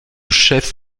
chef